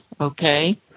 okay